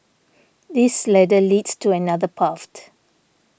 this ladder leads to another